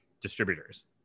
distributors